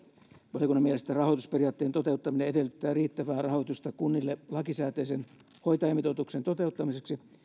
valiokunnan mielestä rahoitusperiaatteen toteuttaminen edellyttää riittävää rahoitusta kunnille lakisääteisen hoitajamitoituksen toteuttamiseksi